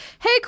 hey